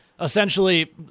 essentially